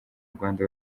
rwanda